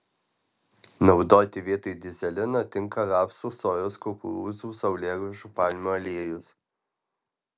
naudoti vietoj dyzelino tinka rapsų sojos kukurūzų saulėgrąžų palmių aliejus